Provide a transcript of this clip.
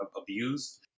abused